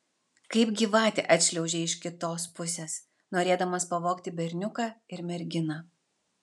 kaip gyvatė atšliaužei iš kitos pusės norėdamas pavogti berniuką ir merginą